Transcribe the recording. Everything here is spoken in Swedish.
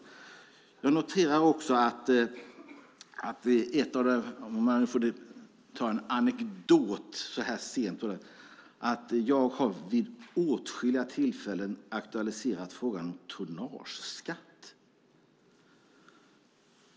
Jag ska berätta en anekdot. Jag har vid åtskilliga tillfällen aktualiserat frågan om tonnageskatt.